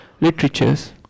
literatures